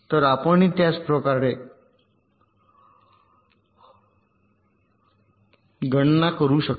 तर आपणही त्याच प्रकारे गणना करू शकता